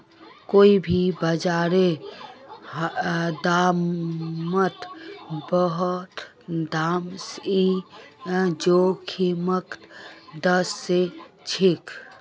कोई भी बाजारेर दामत बदलाव ई जोखिमक दर्शाछेक